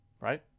right